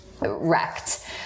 wrecked